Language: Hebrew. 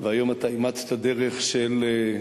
והיום אתה אימצת דרך של,